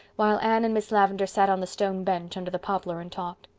while anne and miss lavendar sat on the stone bench under the poplar and talked.